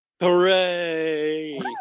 Hooray